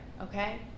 okay